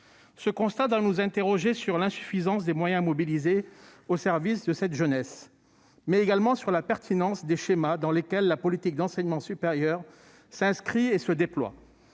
nous amener à nous interroger sur l'insuffisance des moyens mobilisés au service de cette jeunesse, mais également sur la pertinence des schémas dans lesquels la politique d'enseignement supérieur s'inscrit et se déploie.